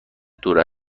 دور